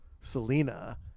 Selena